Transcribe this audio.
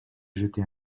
jeter